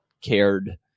cared